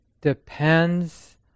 depends